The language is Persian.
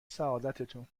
سعادتتون